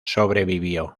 sobrevivió